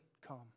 come